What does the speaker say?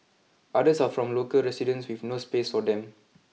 others are from local residents with no space for them